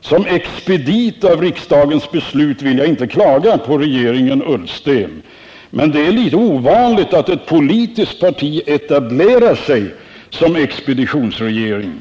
Som expedit av riksdagens beslut vill jag inte klaga på regeringen Ullsten, men det är litet ovanligt att ett politiskt parti etablerar sig som expeditionsregering.